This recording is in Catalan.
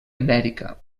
ibèrica